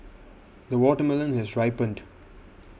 the watermelon has ripened